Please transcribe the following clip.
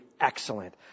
excellent